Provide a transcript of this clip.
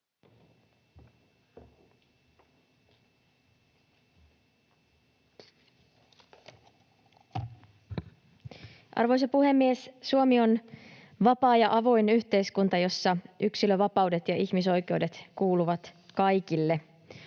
Arvoisa puhemies! Suomi on vapaa ja avoin yhteiskunta, jossa yksilönvapaudet ja ihmisoikeudet kuuluvat kaikille.